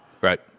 Right